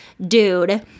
dude